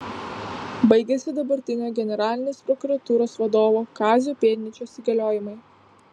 baigiasi dabartinio generalinės prokuratūros vadovo kazio pėdnyčios įgaliojimai